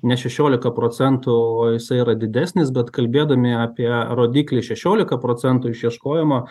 ne šešiolika procentų o jisai yra didesnis bet kalbėdami apie rodiklį šešiolika procentų išieškojimo